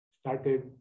Started